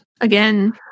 again